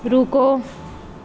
ਰੁਕੋ